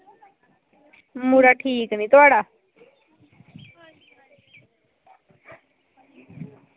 मुढ़ा ठीक निं थोह्ड़ा